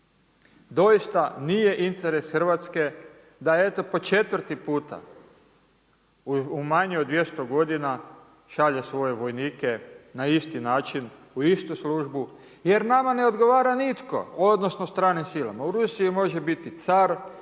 Doista nije interes Hrvatske da eto po četvrti puta u manje od 200 godina šalje svoje vojnike na isti način u istu službu jer nama ne odgovara nitko odnosno stranim silama. U Rusiji može biti car,